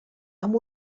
amb